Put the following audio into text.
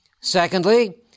Secondly